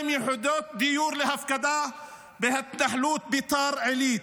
יחידות דיור להפקדה בהתנחלות ביתר עילית.